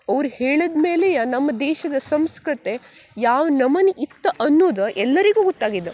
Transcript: ಅವ್ರು ಹೇಳಿದ ಮೇಲೇ ನಮ್ಮ ದೇಶದ ಸಂಸ್ಕೃತಿ ಯಾವ ನಮೂನಿ ಇತ್ತು ಅನ್ನುದು ಎಲ್ಲರಿಗೂ ಗೊತ್ತಾಗಿದ್ದ